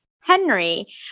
Henry